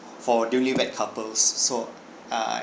for newly wed couples so err